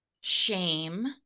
shame